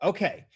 Okay